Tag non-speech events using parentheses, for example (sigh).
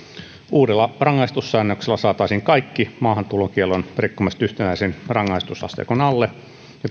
uudella rangaistussäännöksellä saataisiin kaikki maahantulokiellon rikkomiset yhtenäisen rangaistusasteikon alle ja (unintelligible)